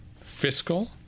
Fiscal